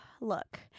look